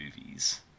movies